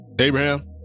abraham